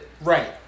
Right